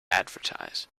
advertise